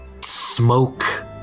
smoke